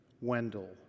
Wendell